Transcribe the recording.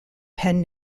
pen